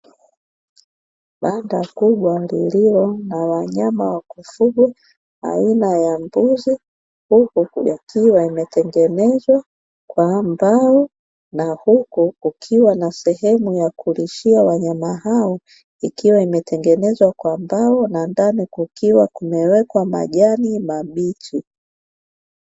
Banda kubwa lililo na wanayama wa kufugwa aina ya mbuzi, huku yakiwa yametengenezwa kwa mbao na huku kukiwa na sehemu ya kulishia wanyama hao. Ikiwa imetengenezwa kwa mbao na ndani kukiwa kumewekwa majani mabichi.